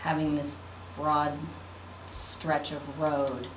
having this broad stretch of road